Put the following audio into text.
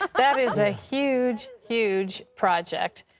ah that is a huge, huge project.